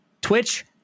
twitch